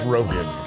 Rogan